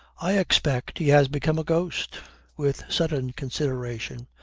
i expect he has become a ghost with sudden consideration,